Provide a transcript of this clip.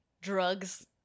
drugs